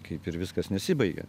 kaip ir viskas nesibaigia